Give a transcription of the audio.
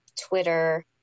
Twitter